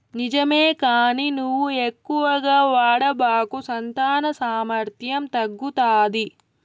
నిజమే కానీ నువ్వు ఎక్కువగా వాడబాకు సంతాన సామర్థ్యం తగ్గుతాది